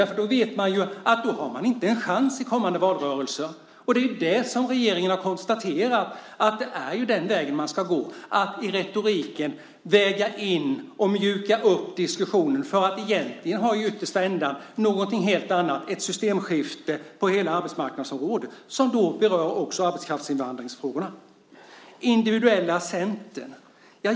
Då vet man att man inte har någon chans i kommande valrörelser. Det är det som regeringen har konstaterat; det är den vägen man ska gå. I retoriken ska man väga in och mjuka upp diskussionen för att i yttersta ändan egentligen ha någonting helt annat - ett systemskifte på hela arbetsmarknadsområdet som också berör arbetskraftsinvandringsfrågorna. Man pratar om det individuella Centern.